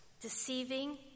deceiving